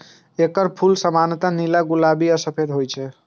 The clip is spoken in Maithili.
एकर फूल सामान्यतः नीला, गुलाबी आ सफेद होइ छै